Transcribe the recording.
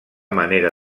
manera